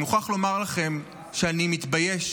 אני מוכרח לומר לכם שאני מתבייש,